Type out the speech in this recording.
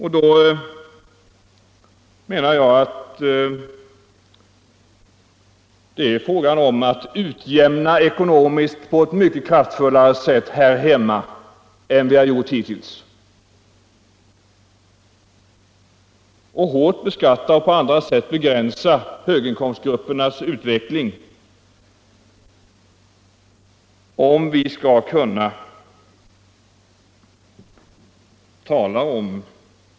Jag menar att vi måste utjämna de ekonomiska förutsättningarna på ett mycket kraftfullare sätt här hemma än vi har gjort hittills, bl.a. genom en hård beskattning av höginkomstagarna och begränsningar av överkonsumtion.